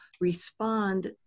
respond